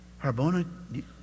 Harbona